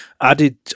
Added